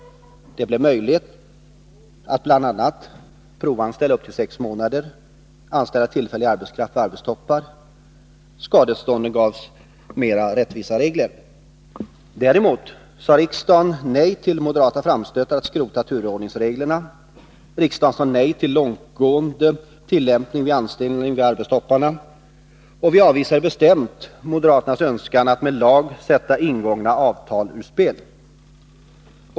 Det blev möjligt att bl.a. provanställa upp till sex månader och anställa tillfällig arbetskraft vid arbetstoppar, och det blev mer rättvisa regler för skadestånd. Däremot sade riksdagen nej till moderata framstötar om att skrota turordningsreglerna, riksdagen sade nej till långtgående tillämpning av anställning vid arbetstoppar, och riksdagen avvisade bestämt moderaternas önskan att med lag sätta ingångna avtal ur spel.